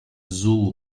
zulu